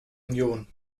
union